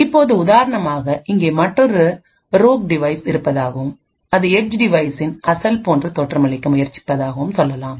இப்போது உதாரணமாக இங்கே மற்றொரு ரோக் டிவைஸ் இருப்பதாகவும் அது ஏட்ஜ் டிவைஸ்சின் அசல் போன்று தோற்றமளிக்க முயற்சிப்பதாகவும் சொல்லலாம்